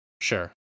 Sure